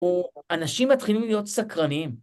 או אנשים מתחילים להיות סקרנים.